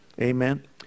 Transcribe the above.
Amen